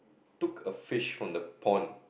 took a fish from the pond